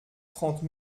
trente